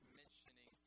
mentioning